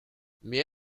mais